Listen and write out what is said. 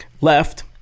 Left